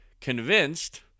convinced